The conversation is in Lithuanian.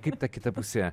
kaip ta kita pusė